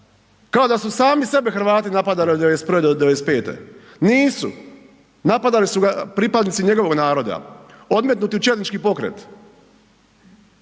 kao da su sami sebe Hrvati napadali od '91. do '95., nisu. Napadali su ga pripadnici njegovog naroda odmetnuti u četnički pokret.